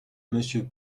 monsieur